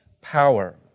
power